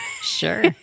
Sure